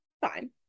fine